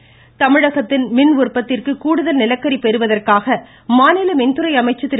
தங்கமணி தமிழகத்தின் மின் உற்பத்திக்கு கூடுதல் நிலக்கரி பெறுவதற்காக மாநில மின்துறை அமைச்சர் திரு